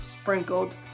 sprinkled